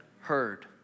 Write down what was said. heard